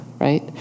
right